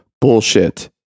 bullshit